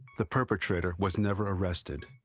the perpetrator was never arrested.